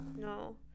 No